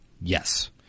Yes